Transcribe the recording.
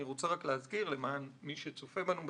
אני רוצה להזכיר שפרופ'